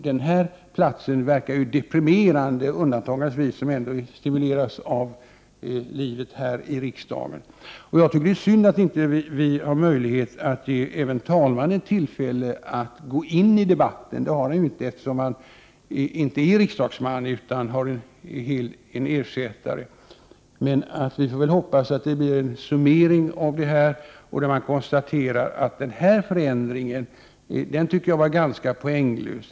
Den här platsen verkar ju deprimerande —- dock med undantag för oss som stimuleras av livet här i riksdagen. Jag tycker det är synd att vi inte har möjlighet att ge även talmannen tillfälle att gå ini debatten. Han är ju inte riksdagsman utan har en ersättare. Vi får väl hoppas att det blir en summering, där man konstaterar att den här förändringen var ganska poänglös.